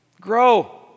Grow